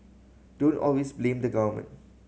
don't always blame the government